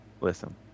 listen